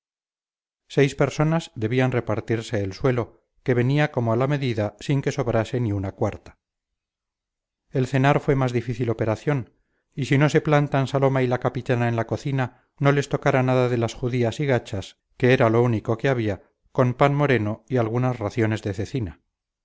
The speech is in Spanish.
seis personas debían repartirse el suelo que venía como a la medida sin que sobrase ni una cuarta el cenar fue más difícil operación y si no se plantan saloma y la capitana en la cocina no les tocara nada de las judías y gachas que era lo único que había con pan moreno y algunas raciones de cecina